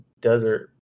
desert